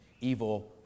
evil